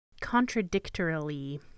contradictorily